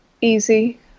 easy